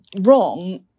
wrong